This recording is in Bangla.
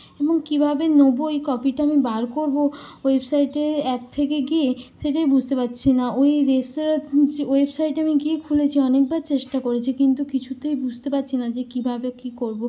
এবং কিভাবে নেব ওই কপিটা আমি বার করবো ওয়েবসাইটের এই অ্যাপ থেকে গিয়ে সেইটাই বুঝতে পারছি না ওই রেস্তোরাঁর ওয়েবসাইটে আমি গিয়ে খুলেছি অনেকবার চেষ্টা করেছি কিন্তু কিছুতেই বুঝতে পারছি না যে কিভাবে কী করবো